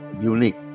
unique